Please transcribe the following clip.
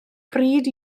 pryd